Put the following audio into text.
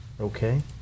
Okay